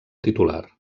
titular